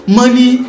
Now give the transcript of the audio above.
money